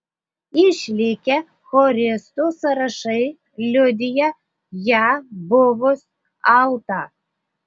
išlikę choristų sąrašai liudija ją buvus altą